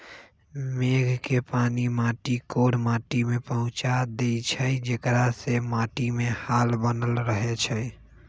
मेघ के पानी माटी कोर माटि में पहुँचा देइछइ जेकरा से माटीमे हाल बनल रहै छइ